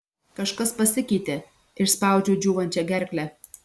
kažkas pasikeitė išspaudžiau džiūvančia gerkle